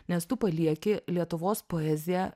nes tu palieki lietuvos poeziją